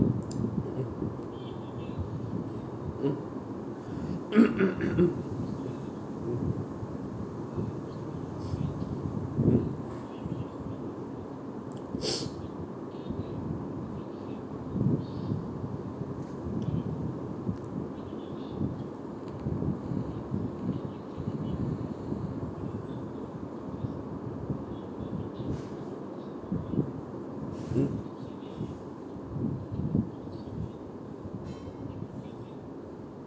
mm mm mm mm mm mm